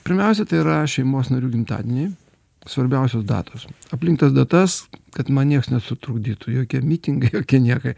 pirmiausia tai yra šeimos narių gimtadieniai svarbiausios datos aplink tas datas kad man niekas nesutrukdytų jokie mitingai jokie niekai